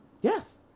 Yes